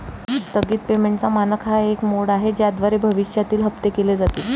स्थगित पेमेंटचा मानक हा एक मोड आहे ज्याद्वारे भविष्यातील हप्ते केले जातील